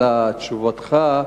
על תשובתך,